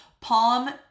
Palm